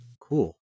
Cool